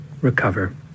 recover